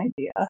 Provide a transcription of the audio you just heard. idea